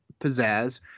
pizzazz